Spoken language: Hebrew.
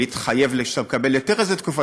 להתחייב שאתה מקבל היתר לאיזו תקופה,